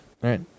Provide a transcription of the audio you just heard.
Right